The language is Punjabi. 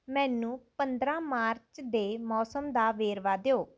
ਮੈਨੂੰ ਪੰਦਰਾਂ ਮਾਰਚ ਦੇ ਮੌਸਮ ਦਾ ਵੇਰਵਾ ਦਿਓ